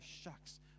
shucks